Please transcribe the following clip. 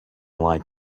like